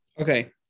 Okay